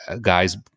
guys